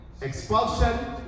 expulsion